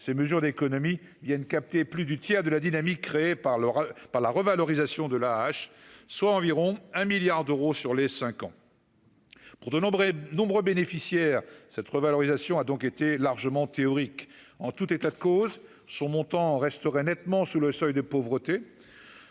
ces mesures d'économie, il y a une capter plus du tiers de la dynamique créée par leur par la revalorisation de la H, soit environ un milliard d'euros sur les 5 ans. Pour de nombreux, nombreux bénéficiaires cette revalorisation a donc été largement théorique, en tout état de cause, son montant resterait nettement sous le seuil de pauvreté